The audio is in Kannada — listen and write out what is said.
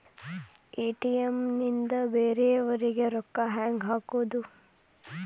ಎ.ಟಿ.ಎಂ ನಿಂದ ಬೇರೆಯವರಿಗೆ ರೊಕ್ಕ ಹೆಂಗ್ ಹಾಕೋದು?